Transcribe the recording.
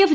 F